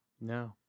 no